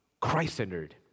Christ-centered